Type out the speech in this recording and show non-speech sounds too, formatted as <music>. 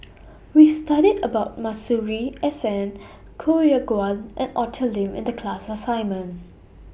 <noise> We studied about Masuri S N Koh Yong Guan and Arthur Lim in The class assignment